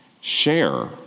Share